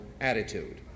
attitude